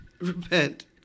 Repent